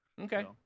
Okay